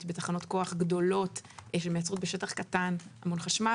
בתחנות כוח גדולות שמייצרות בשטח קטן המון חשמל,